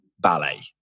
ballet